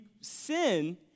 sin